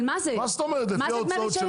אבל מה זה דמי רישיון?